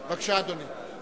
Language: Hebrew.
בבקשה, אדוני.